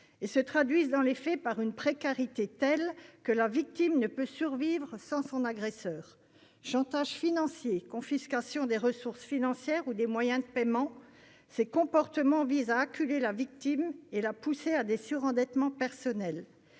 se traduisent dans les faits par une précarité telle que la victime ne peut survivre sans son agresseur. Chantage financier, confiscation des ressources financières ou des moyens de paiement, ces comportements visent à acculer la victime et à la pousser vers un surendettement personnel.